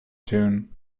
tune